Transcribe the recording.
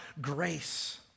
grace